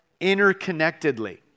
interconnectedly